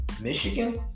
Michigan